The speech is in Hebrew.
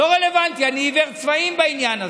לא רלוונטי, אני עיוור צבעים בעניין הזה.